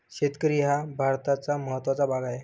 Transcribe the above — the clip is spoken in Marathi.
शेतकरी हा भारताचा महत्त्वाचा भाग आहे